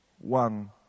one